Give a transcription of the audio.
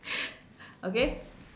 okay